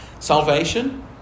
Salvation